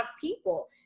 people